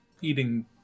eating